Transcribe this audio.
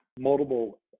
multiple